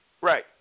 Right